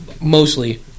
mostly